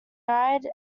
ride